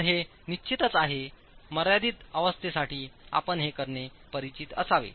तर हे निश्चितच आहे मर्यादित अवस्थेसाठी आपण हे करणे परिचित असावे